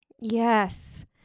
Yes